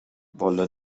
والا